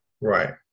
Right